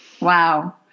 Wow